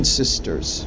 sisters